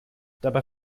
dabei